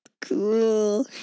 Cool